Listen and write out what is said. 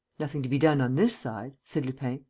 nothing to be done on this side, said lupin.